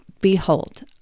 Behold